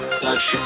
touch